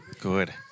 Good